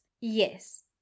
Yes